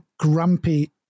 grumpy